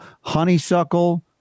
honeysuckle